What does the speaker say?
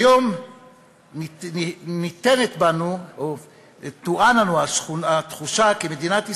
כיום ניתנת לנו התחושה כי מדינת ישראל,